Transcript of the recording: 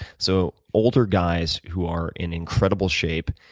so older guys who are in incredible shape,